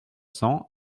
cents